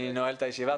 אני נועל את הישיבה.